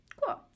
Cool